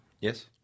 Yes